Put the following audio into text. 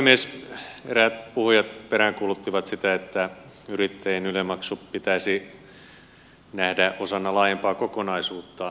eräät puhujat peräänkuuluttivat sitä että yrittä jien yle maksu pitäisi nähdä osana laajempaa kokonaisuutta